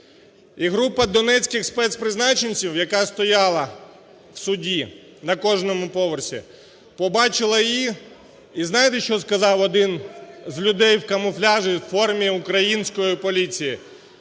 група донецьких спецпризначенців, яка стояла в суді на кожному поверсі, побачила її, і, знаєте, що сказав один з людей у комуфляжі, у формі української поліції.